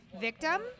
victim